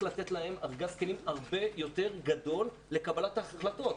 לתת להם ארגז כלים הרבה יותר גדול לקבלת החלטות.